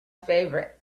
favorite